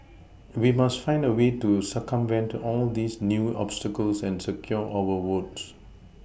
we must find a way to circumvent all these new obstacles and secure our votes